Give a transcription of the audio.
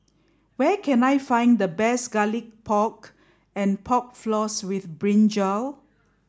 where can I find the best Garlic Pork and Pork Floss with Brinjal